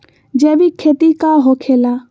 जैविक खेती का होखे ला?